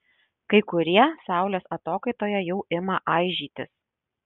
kai kurie saulės atokaitoje jau ima aižytis